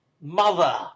mother